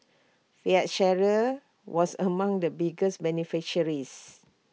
fiat was among the biggest beneficiaries